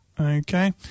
okay